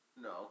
No